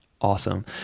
Awesome